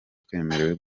twemerewe